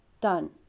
done